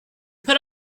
put